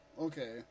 Okay